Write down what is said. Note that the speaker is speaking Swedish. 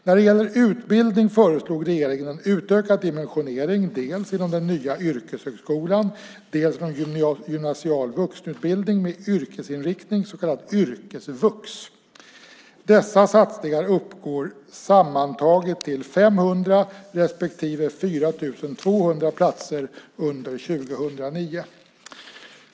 När det gäller utbildning föreslog regeringen en utökad dimensionering, dels inom den nya yrkeshögskolan, dels inom gymnasial vuxenutbildning med yrkesinriktning, så kallad yrkesvux. Dessa satsningar uppgår sammantaget till 500 respektive 4 200 platser under 2009.